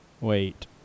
wait